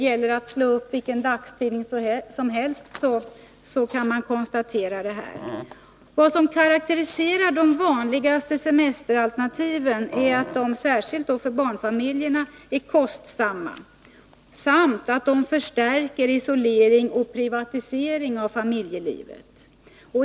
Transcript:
Man kan slå upp vilken dagstidning som helst för att kunna konstatera detta. Vad som karakteriserar de vanligaste semesteralternativen är att de, särskilt för barnfamiljer, är kostsamma samt att de förstärker isolering och privatisering av familjelivet.